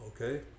Okay